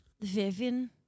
Vivian